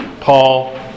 Paul